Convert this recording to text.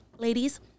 Ladies